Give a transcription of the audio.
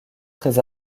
très